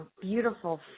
beautiful